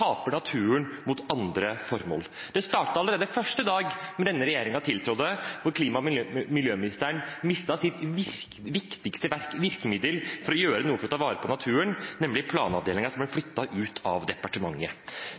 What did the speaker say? mot andre formål. Det startet allerede første dag da denne regjeringen tiltrådte og klima- og miljøministeren mistet sitt viktigste verktøy for å gjøre noe for å ta vare på naturen, nemlig planavdelingen, som ble flyttet ut av departementet.